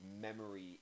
memory